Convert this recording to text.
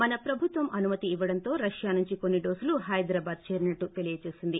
మన ప్రభుత్వం అనుమత్ ఇవ్వడంతో రష్యా నుంచి కొన్ని డోసులు హైదరాబాద్ చేరినట్టు తెలిపింది